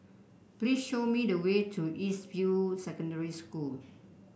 please show me the way to East View Secondary School